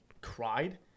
cried